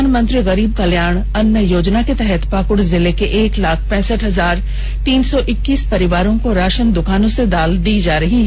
प्रधानमंत्री गरीब कल्याण अन्न योजना के तहत पाकुड़ जिले के एक लाख पैसठ हजार तीन सौ इक्कीस परिवारों को राशन दुकानों से दाल दी जा रहा है